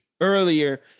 earlier